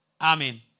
Amen